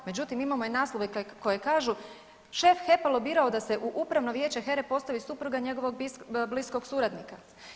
Međutim, imamo i naslove koji kažu, šef HEP-a lobirao da se u upravno vijeće HERA-e postavi supruga njegovog bliskog suradnika.